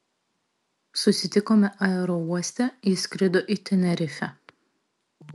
susitikome aerouoste ji skrido į tenerifę